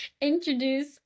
introduce